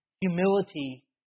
Humility